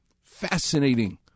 Fascinating